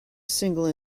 single